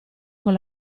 con